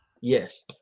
Yes